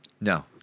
No